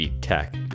tech